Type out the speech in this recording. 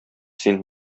син